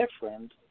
different